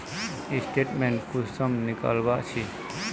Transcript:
Statement कुंसम निकलाबो छी?